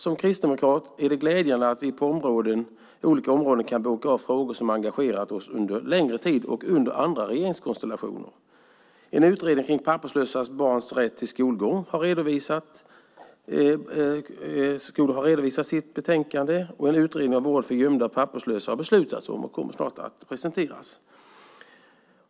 Som kristdemokrat finner jag det glädjande att vi på olika områden kan boka av frågor som har engagerat oss under längre tid och under andra regeringskonstellationer. En utredning om papperslösas barns rätt till skolgång har redovisat sitt betänkande, och en utredning om vård för gömda och papperslösa har beslutats och kommer snart att presenteras.